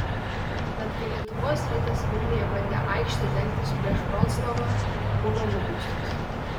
bet kai lietuvos rytas vilniuje bandė aikšte dengtis prieš vroclavą buvo nubaustas